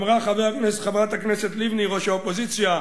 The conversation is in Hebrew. אמרה חברת הכנסת לבני, ראש האופוזיציה: